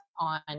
on